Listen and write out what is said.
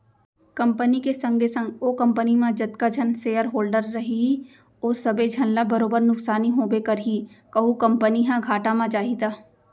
company के संगे संग ओ कंपनी म जतका झन सेयर होल्डर रइही ओ सबे झन ल बरोबर नुकसानी होबे करही कहूं कंपनी ह घाटा म जाही त